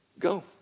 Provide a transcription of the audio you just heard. Go